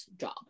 job